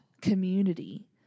community